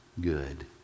good